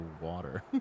water